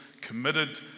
committed